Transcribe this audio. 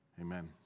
amen